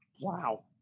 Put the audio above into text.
Wow